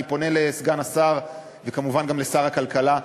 אני פונה לסגן השר, וכמובן גם לשר הכלכלה.